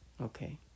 okay